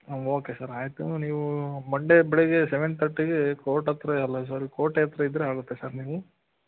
ಹಾಂ ಸರ್ ಆಯಿತು ನೀವು ಮಂಡೇ ಬೆಳಿಗ್ಗೆ ಸೆವೆನ್ ಥರ್ಟಿಗೆ ಫೋರ್ಟ್ ಹತ್ತಿರ ಅಲ್ಲ ಸರ್ ಕೋಟೆ ಹತ್ತಿರ ಇದ್ದರೆ ಆಗುತ್ತೆ ಸರ್ ನೀವು